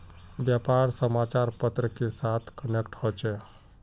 व्यापार समाचार पत्र के साथ कनेक्ट होचे?